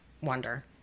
wonder